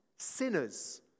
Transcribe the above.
Sinners